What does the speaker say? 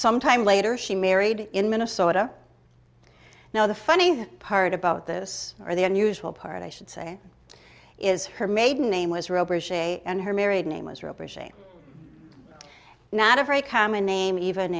some time later she married in minnesota now the funny part about this or the unusual part i should say is her maiden name was robert she and her married name was roper she not a very common name even